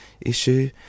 issue